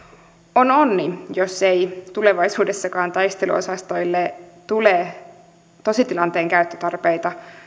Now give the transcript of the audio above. on onni jos tulevaisuudessakaan taisteluosastoille ei tule tositilanteen käyttötarpeita